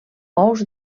ous